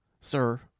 Sir